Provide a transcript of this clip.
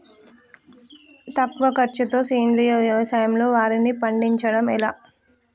తక్కువ ఖర్చుతో సేంద్రీయ వ్యవసాయంలో వారిని పండించడం ఎలా?